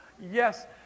yes